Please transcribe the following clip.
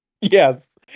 Yes